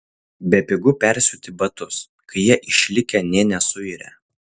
bepigu persiūti batus kai jie išlikę nė nesuirę